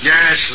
Yes